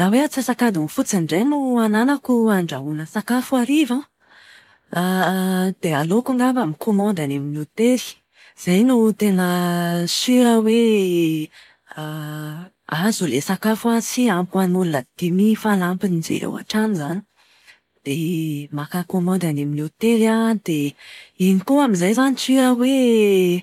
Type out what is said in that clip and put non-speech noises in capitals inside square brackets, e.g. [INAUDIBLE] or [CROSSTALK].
Raha hoe atsasak'adiny fotsiny indray no ananako andrahoana sakafo hariva an, [HESITATION] dia aleoko angamba mikaomandy any amin'ny hotely. Izay no tena siora hoe [HESITATION] azo ilay sakafo sy ampy ho an'olona dimy fanampin'izay ao an-trano izany. Dia maka kaomandy any amin'ny hotely an, dia iny koa amin'izay izany siora hoe